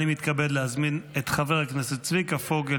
אני מתכבד להזמין את חבר הכנסת צביקה פוגל,